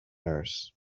nurse